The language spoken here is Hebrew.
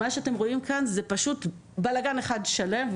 מה שאתם רואים כאן זה פשוט בלגן אחד שלם,